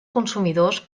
consumidors